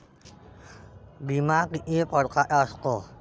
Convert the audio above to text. बिमा किती परकारचा असतो?